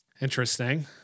Interesting